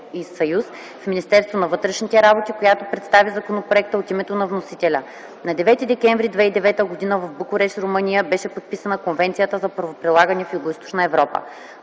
съюз” в Министерството на вътрешните работи, която представи законопроекта от името на вносителя. На 9 декември 2009 г. в Букурещ, Румъния, беше подписана Конвенцията за Центъра за правоприлагане в Югоизточна Европа.